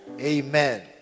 Amen